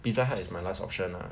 Pizza Hut is my last option lah